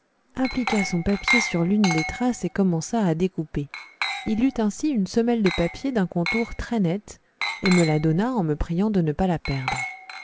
appliqua son papier sur l'une des traces et commença à découper il eut ainsi une semelle de papier d'un contour très net et me la donna en me priant de ne pas la perdre